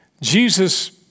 Jesus